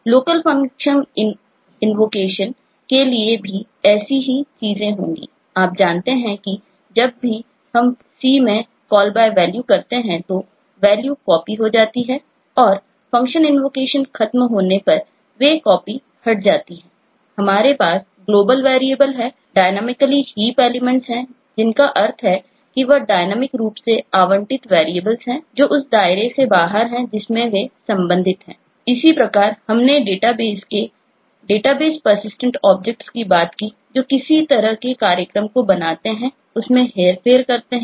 local function invocation करते हैं किंतु डेटाबेस के दायरे से बाहर होते हैं